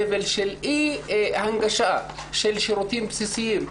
סבל בשל אי הנגשה של שירותים בסיסיים.